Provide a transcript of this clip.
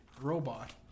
robot